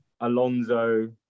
Alonso